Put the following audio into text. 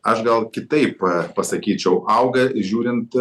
aš gal kitaip pasakyčiau auga žiūrint